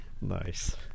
Nice